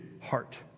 heart